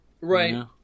Right